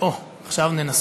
אוה, עכשיו ננסה.